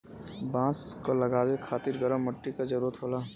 बांस क लगावे खातिर गरम मट्टी क जरूरत होला